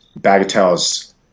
Bagatelle's